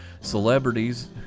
celebrities